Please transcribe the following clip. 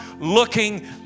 looking